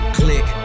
click